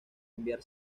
enviar